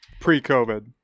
Pre-COVID